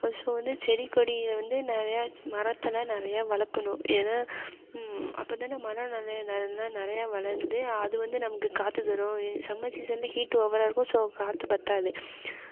so வந்து செடி கொடியில் வந்து நிறைய மரத்தைலாம் நிறைய வளர்க்கணும் ஏன்னால் அப்போ தான் மரம் நல்லா நிறையா வளர்ந்து அது வந்து நமக்கு காற்று தரும் சம்மர் சீசனில் ஹீட் ஓவராக இருக்கும் ஸோ காற்று பற்றாது